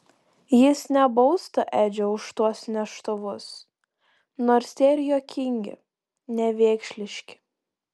jis nebaustų edžio už tuos neštuvus nors jie ir juokingi nevėkšliški